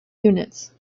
units